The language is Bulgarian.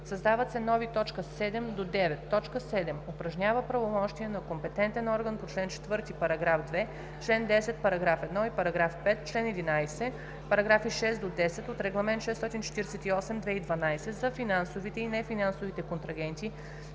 създават се нови т. 7 – 9: „7. упражнява правомощия на компетентен орган по чл. 4, параграф 2, чл. 10, параграф 1 и параграф 5, чл. 11, параграфи 6 – 10 от Регламент 648/2012 за финансовите и нефинансовите контрагенти